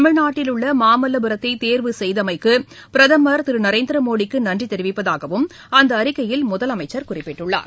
தமிழ்நாட்டில் உள்ளமாமல்லபுரத்தைதேர்வு செய்தமைக்குபிரதமர் நரேந்திரமோடிக்குநன்றிதெரிவிப்பதாகஅந்தஅறிக்கையில் முதலமைச்சர் குறிப்பிட்டுள்ளார்